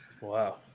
wow